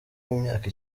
w’imyaka